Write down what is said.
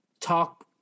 talk